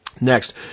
Next